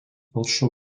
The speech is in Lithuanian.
telkšo